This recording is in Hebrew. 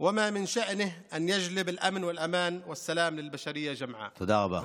במה שיכול להביא את הביטחון והבטיחות והשלום לאנושות כולה.) תודה רבה.